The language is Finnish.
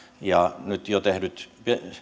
ja nyt jo tehdyt